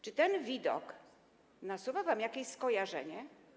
Czy ten widok nasuwa wam jakieś skojarzenie?